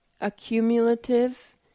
accumulative